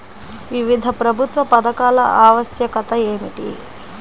వివిధ ప్రభుత్వ పథకాల ఆవశ్యకత ఏమిటీ?